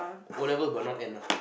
O-levels but not N ah